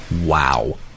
Wow